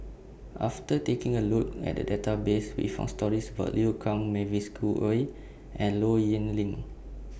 after taking A Look At The Database We found stories about Liu Kang Mavis Khoo Oei and Low Yen Ling